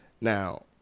Now